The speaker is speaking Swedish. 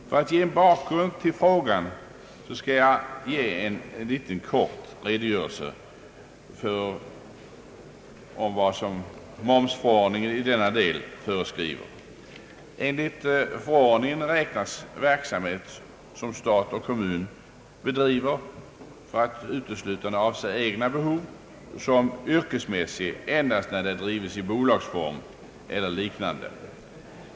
För att ge en bakgrund till frågan skall jag lämna en kort redogörelse för vad momsförordningen i denna del föreskriver. Enligt förordningen räknas verksamhet, som stat och kommun bedriver uteslutande för egna behov, såsom yrkesmässig endast när den drivs i bolagsform eller liknande.